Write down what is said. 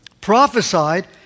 prophesied